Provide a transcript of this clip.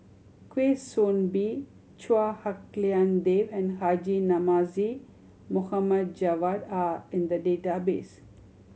Kwa Soon Bee Chua Hak Lien Dave and Haji Namazie Mohamad Javad are in the database